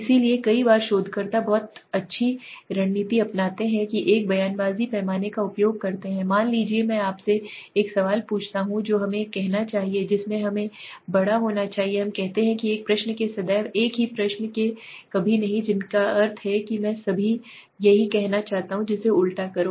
इसलिए कई बार शोधकर्ता बहुत अच्छी रणनीति अपनाते हैं कि वे एक बयानबाजी पैमाने का उपयोग करते हैं मान लीजिए मैं आपसे एक सवाल पूछता हूं जो हमें कहना चाहिए जिससे हमें बड़ा होना चाहिए हम कहते हैं कि एक प्रश्न के सदैव एक ही प्रश्न में कभी नहीं जिसका अर्थ है कि मैं सिर्फ यही कहूंगा इसे उल्टा करो